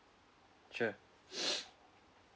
sure